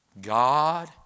God